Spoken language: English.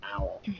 owl